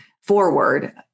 forward